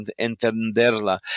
entenderla